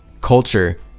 culture